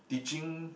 teaching